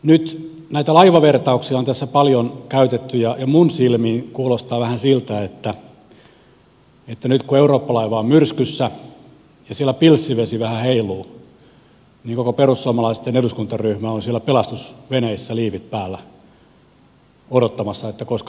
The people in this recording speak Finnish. nyt näitä laivavertauksia on tässä paljon käytetty ja minun korviini kuulostaa vähän siltä että nyt kun eurooppa laiva on myrskyssä ja siellä pilssivesi vähän heiluu niin koko perussuomalaisten eduskuntaryhmä on siellä pelastusveneissä liivit päällä odottamassa koska päästään pois